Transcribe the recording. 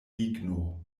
ligno